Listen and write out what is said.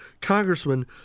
Congressman